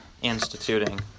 instituting